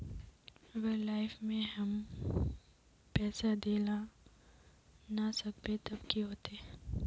अगर लाइफ में हैम पैसा दे ला ना सकबे तब की होते?